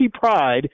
Pride